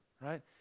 right